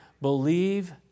believe